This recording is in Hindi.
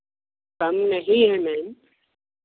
कम नहीं है मैम